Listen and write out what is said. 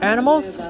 Animals